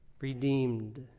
redeemed